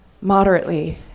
moderately